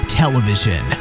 television